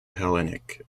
hellenic